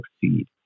succeed